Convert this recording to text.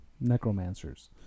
necromancers